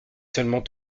seulement